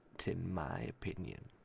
but in my opinion,